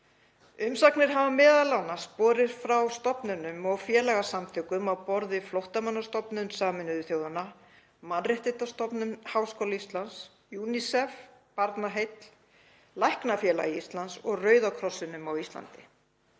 Umsagnir hafa m.a. borist frá stofnunum og félagasamtökum á borð við Flóttamannastofnun Sameinuðu þjóðanna, Mannréttindastofnun Háskóla Íslands, UNICEF, Barnaheillum, Læknafélagi Íslands og Rauða krossinum á Íslandi